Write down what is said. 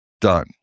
Done